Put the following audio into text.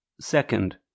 Second